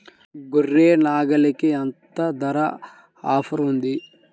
గొర్రె, నాగలికి ఎంత ధర ఆఫర్ ఉంది?